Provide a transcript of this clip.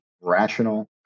rational